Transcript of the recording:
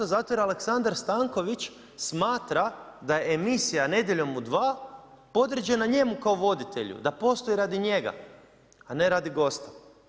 Zato jer Aleksandar Stanković smatra da je emisija „Nedjeljom u 2“ podređena njemu kao voditelju, da postoji radi njega a ne radi gosta.